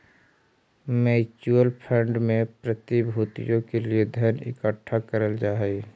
mutual fund में प्रतिभूतियों के लिए धन इकट्ठा करल जा हई